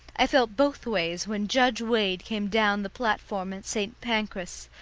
i felt both ways when judge wade came down the platform at st. pancras,